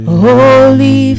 holy